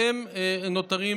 והם נותרים,